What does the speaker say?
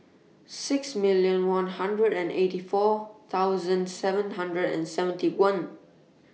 six million one hundred and eighty four thousand seven hundred and seventy one